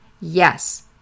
Yes